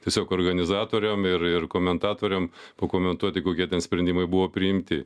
tiesiog organizatoriam ir ir komentatoriam pakomentuoti kokie sprendimai buvo priimti